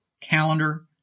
calendar